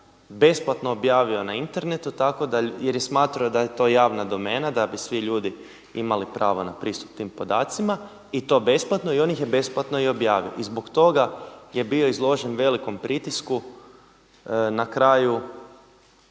besplatno objavio na internetu, tako da, jer je smatrao da je to javna domena, da bi svi ljudi imali pravo na pristup tim podacima i to besplatno i on ih je besplatno i objavio. I zbog toga je bio izložen velikom pritisku. Na kraju